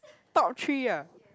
top three ah